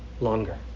longer